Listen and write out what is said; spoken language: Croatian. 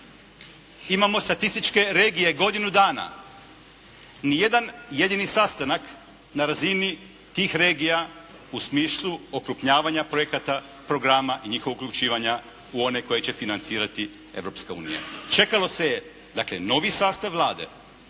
Imamo statističke regije godinu dana. Nijedan jedini sastanak na razini tih regija u smislu okrupnjavanja projekata, programa i njihovog uključivanja u one koje će financirati Europska unija. Čekalo se je dakle novi sastav Vlade.